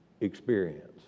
experience